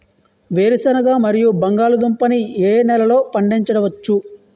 వేరుసెనగ మరియు బంగాళదుంప ని ఏ నెలలో పండించ వచ్చు?